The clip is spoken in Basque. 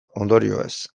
ondorioez